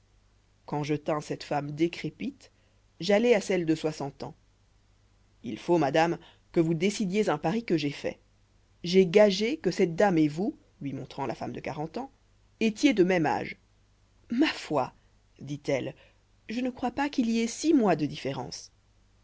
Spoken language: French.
quand je tins cette femme décrépite j'allai à celle de soixante ans il faut madame que vous décidiez un pari que j'ai fait j'ai gagé que cette dame et vous lui montrant la femme de quarante ans étiez de même âge ma foi dit-elle je ne crois pas qu'il y ait six mois de différence